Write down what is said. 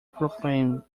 proclaimed